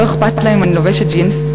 לא אכפת להם אם אני לובשת ג'ינס,